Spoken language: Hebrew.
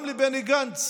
גם לבני גנץ